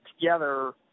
together